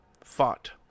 fought